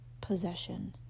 possession